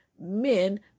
men